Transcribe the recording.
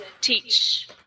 teach